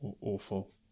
awful